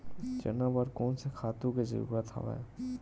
चना बर कोन से खातु के जरूरत हवय?